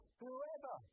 whoever